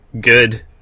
good